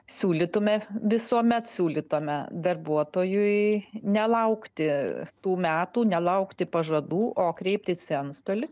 siūlytume visuomet siūlytume darbuotojui nelaukti tų metų nelaukti pažadų o kreiptis į antstolį